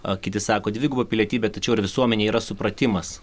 a kiti sako dviguba pilietybė tačiau ar visuomenėje yra supratimas